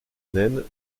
naine